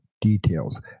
details